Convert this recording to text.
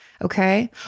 Okay